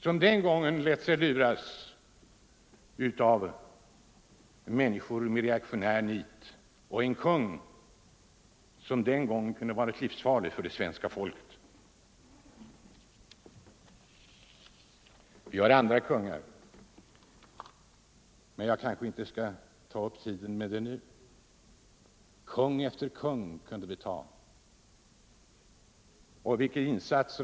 Den lät sig den gången luras av människor med reaktionärt nit och en kung som vid det tillfället kunde ha varit livsfarlig för det svenska folket. Jag skulle kunna exemplifiera med andra kungar, men jag kanske inte skall ta upp tiden med att gå in på det nu.